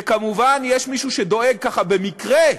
וכמובן, יש מישהו שדואג, ככה במקרה,